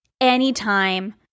anytime